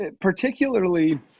particularly